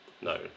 no